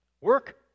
Work